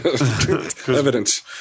Evidence